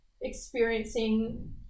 Experiencing